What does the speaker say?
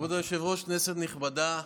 כבוד היושב-ראש, כנסת נכבדה,